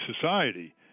society